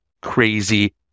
crazy